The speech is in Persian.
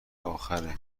آخره